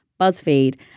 BuzzFeed